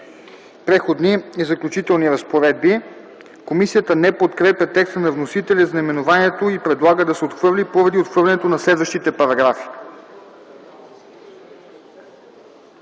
„Преходни и заключителни разпоредби”. Комисията не подкрепя текста на вносителя за наименованието и предлага да се отхвърли, поради отхвърлянето на следващите параграфи.